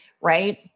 right